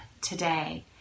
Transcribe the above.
today